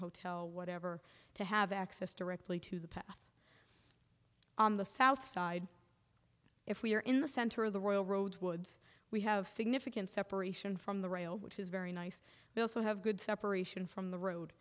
hotel whatever to have access to rectally to the path on the south side if we are in the center of the royal road woods we have significant separation from the rail which is very nice we also have good separation from the road